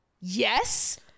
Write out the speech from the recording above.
yes